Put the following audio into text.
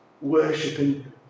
Worshipping